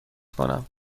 کنم